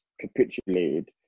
capitulated